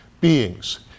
beings